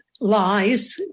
lies